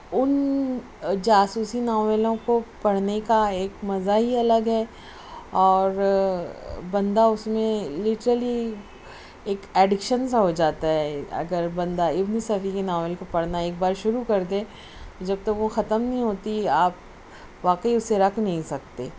اُن جاسوسی ناولوں کو پڑھنے کا ایک مزہ ہی الگ ہے اور بندہ اُس میں لٹرلی ایک اڈکشن سا ہو جاتا ہے اگر بندہ اِبن صفی کے ناول کو پڑھنا ایک بار شروع کر دے جب تک وہ ختم نہیں ہوتی آپ واقعی اسے رکھ نہیں سکتے